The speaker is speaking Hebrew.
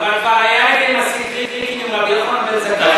אבל זה כבר היה עם הסיקריקים עם רבי יוחנן בן זכאי.